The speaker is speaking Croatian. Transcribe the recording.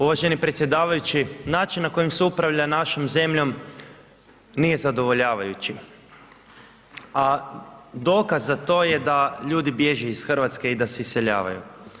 Uvaženi predsjedavajući način na koji se upravlja našom zemljom nije zadovoljavajući, a dokaz za to je da ljudi bježe iz Hrvatske i da se iseljavaju.